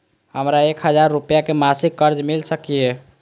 हमरा एक हजार रुपया के मासिक कर्ज मिल सकिय?